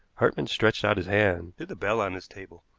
hartmann stretched out his hand to the bell on his table.